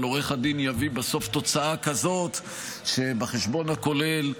אבל עורך הדין יביא בסוף תוצאה כזאת שבחשבון הכולל,